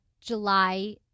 July